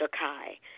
Kai